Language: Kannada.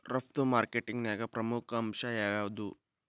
ರಫ್ತು ಮಾರ್ಕೆಟಿಂಗ್ನ್ಯಾಗ ಪ್ರಮುಖ ಅಂಶ ಯಾವ್ಯಾವ್ದು?